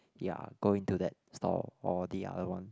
ya going to that stall or the other one